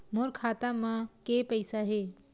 मोर खाता म के पईसा हे?